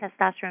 testosterone